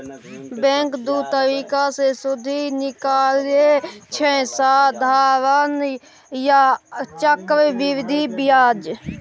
bank दु तरीका सँ सुदि निकालय छै साधारण आ चक्रबृद्धि ब्याज